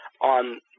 on